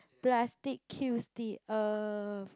plastic kills the earth